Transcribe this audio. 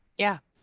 yeah,